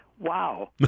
Wow